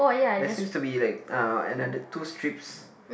there's seems to be like uh another two strips